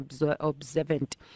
observant